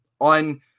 on